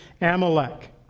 Amalek